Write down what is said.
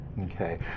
Okay